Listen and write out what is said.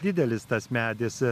didelis tas medis